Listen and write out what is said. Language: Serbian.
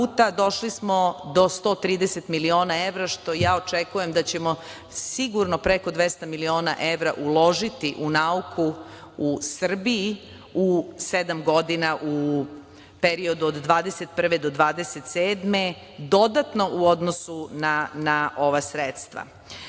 došli smo do 130 miliona evra, što ja očekujem da ćemo sigurno preko 200 miliona evra uložiti u nauku u Srbiji u sedam godina, u periodu od 2021. do 2027. godine, dodatno u odnosu na ova sredstva. Kao